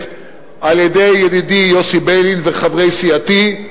על-ידי ידידי יוסי ביילין וחברי סיעתי.